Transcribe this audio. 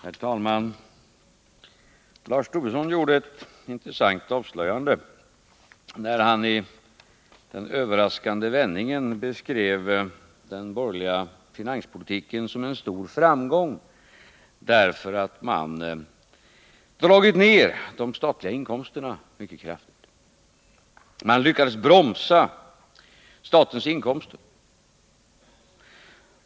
Herr talman! Lars Tobisson gjorde ett intressant avslöjande när han i en överraskande vändning beskrev den borgerliga finanspolitiken som en stor framgång därför att man dragit ner de statliga inkomsterna mycket kraftigt. Man har alltså enligt herr Tobisson lyckats bromsa statens inkomster.